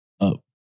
up